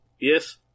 Yes